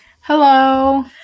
Hello